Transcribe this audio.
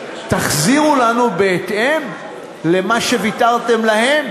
תחזירו לנו בהתאם למה שוויתרתם להם,